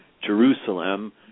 Jerusalem